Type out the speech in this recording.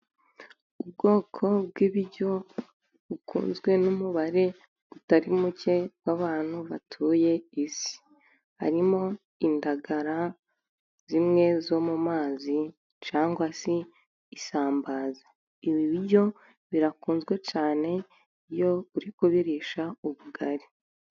Ubwoko bw'ibiryo bukunzwe n'umubare utari muke w'abantu batuye isi. harimo: indagara zimwe zo mu mazi, cyangwa se isambaza. Ibi biryo birakunzwe cyane iyo uri kubirisha ubugari.